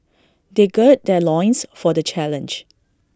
they gird their loins for the challenge